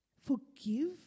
forgive